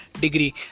degree